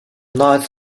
knights